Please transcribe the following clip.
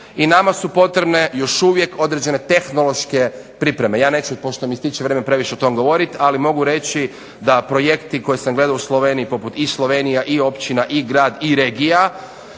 I nama su potrebne još uvijek određene tehnološke pripreme. Ja neću pošto mi ističe vrijeme previše o tome govoriti, ali mogu reći da projekti koje sam gledao u Sloveniji poput e-Slovenija, e-općina, e-grad, e-regija